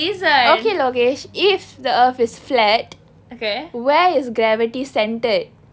okay logesh if the earth is flat where is gravity centered